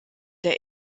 der